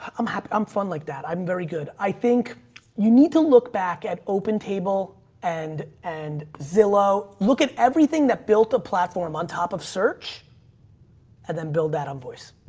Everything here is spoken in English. i'm happy. i'm fun like that. i'm very good. i think you need to look back at open table and, and zillow, look at everything that built a platform on top of search and then build that on voice.